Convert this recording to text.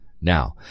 Now